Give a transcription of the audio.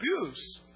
abuse